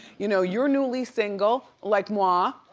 you know, you're newly single, like moi,